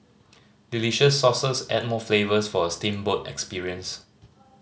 delicious sauces add more flavours for a steamboat experience